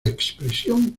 expresión